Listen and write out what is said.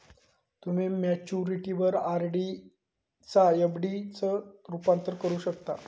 तुम्ही मॅच्युरिटीवर आर.डी चा एफ.डी त रूपांतर करू शकता